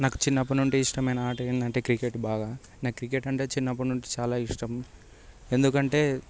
నాకు చిన్నప్పటి నుండి ఇష్టమైన ఆట ఏంటంటే క్రికెట్ బాగా నాకు క్రికెట్ అంటే చిన్నప్పటి నుంచి చాలా ఇష్టం ఎందుకంటే